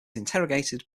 interrogated